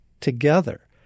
together